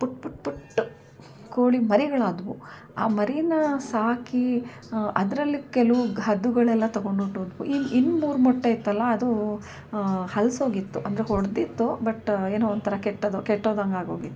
ಪುಟ್ಟ ಪುಟ್ಟ ಪುಟ್ಟ ಕೋಳಿ ಮರಿಗಳಾದವು ಆ ಮರಿ ಸಾಕಿ ಅದರಲ್ಲಿ ಕೆಲವು ಹದ್ದುಗಳೆಲ್ಲ ತೊಗೊಂಡು ಹೊರಟೋದ್ವು ಇನ್ನು ಮೂರು ಮೊಟ್ಟೆ ಇತ್ತಲ್ಲ ಅದು ಹಳ್ಸೋಗಿತ್ತು ಅಂದರೆ ಒಡ್ದಿತ್ತು ಬಟ್ ಏನೋ ಒಂಥರ ಕೆಟ್ಟದ್ದು ಕೆಟ್ಟೋದಂಗಾಗೋಗಿತ್ತು